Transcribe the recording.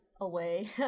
away